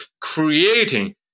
creating